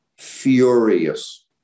furious